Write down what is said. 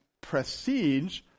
prestige